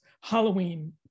Halloween